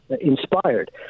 inspired